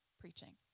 preaching